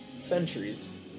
Centuries